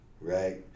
right